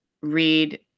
read